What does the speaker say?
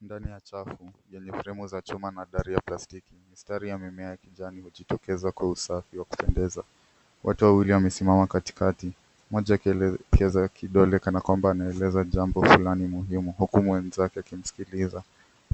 Ndani ya chafu yenye fremu za chuma na dari ya plastiki. Mistari ya mimea ya kijani inajitokeza kwa usafi wa kupendeza. Watu wawili wamesimama katikati, mmoja akielekeza kidole kana kwamba anaeleza jambo fulani muhimu huku mwenzake akimsikiliza.